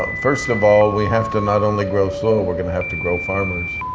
ah first of all, we have to not only grow soil. we're going to have to grow farmers.